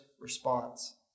response